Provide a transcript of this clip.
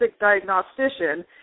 diagnostician